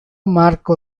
marco